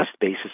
basis